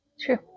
True